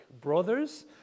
brothers